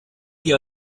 die